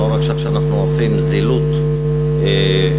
לא רק שאנחנו עושים זילות לשואה,